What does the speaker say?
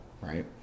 right